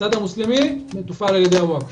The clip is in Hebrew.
הצד המוסלמי מתופעל על ידי הווקף.